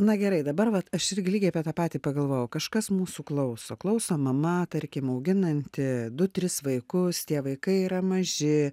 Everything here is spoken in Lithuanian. na gerai dabar vat aš irgi lygiai apie tą patį pagalvojau kažkas mūsų klauso klauso mama tarkim auginanti du tris vaikus tie vaikai yra maži